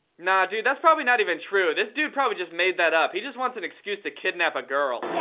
nah, dude, that's probably not even true. this dude probably just made that up. he just wants an excuse to kidnap a girl.